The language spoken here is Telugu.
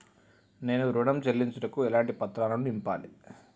నేను ఋణం చెల్లించుటకు ఎలాంటి పత్రాలను నింపాలి?